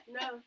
no